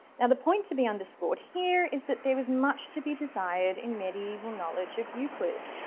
now the point to be underscored here is that there was much to be desired in medieval knowledge of euclid.